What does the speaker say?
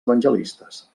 evangelistes